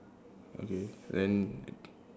okay then